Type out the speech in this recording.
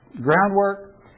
groundwork